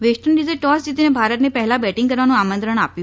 waste ઈન્ડિઝે toss જીતીને ભારતને પહેલા બેટીંગ કરવાનું આમંત્રણ આપ્યું